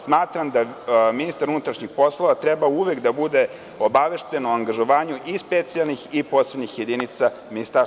Smatram da ministar unutrašnjih poslova treba uvek da bude obavešten o angažovanju i specijalnih i posebnih jedinica MUP-a.